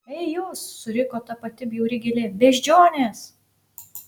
ei jūs suriko ta pati bjauri gėlė beždžionės